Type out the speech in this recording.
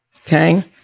Okay